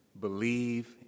Believe